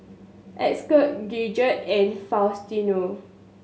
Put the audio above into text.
Esker Gidget and Faustino